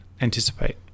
anticipate